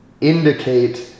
indicate